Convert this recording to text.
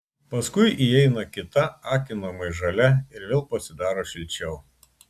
paskui įeina kita akinamai žalia ir vėl pasidaro šilčiau